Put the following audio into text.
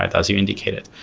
as you indicated.